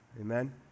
Amen